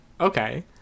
okay